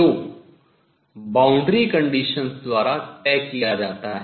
जो boundary conditions सीमा प्रतिबंधों शर्तें द्वारा तय किया जाता है